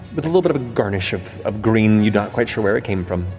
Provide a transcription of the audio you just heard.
with a little bit of garnish of of green, you're not quite sure where it came from.